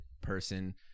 person